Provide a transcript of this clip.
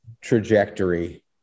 trajectory